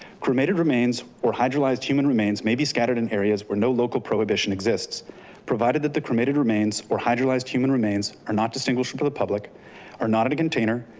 cremated remains or hydrolyzed human remains, may be scattered in areas where no local prohibition exists provided that the cremated remains or hydrolyzed human remains are not distinguished for the public are not in a container.